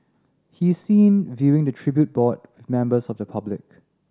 he is seen viewing the tribute board with members of the public